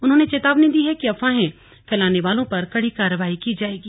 उन्होंने चेतावनी दी है कि अफवाहें फैलाने वालों पर कड़ी कार्रवाई की जाएगी